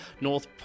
North